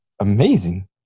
amazing